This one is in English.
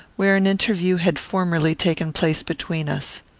where an interview had formerly taken place between us.